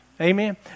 Amen